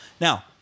Now-